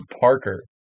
Parker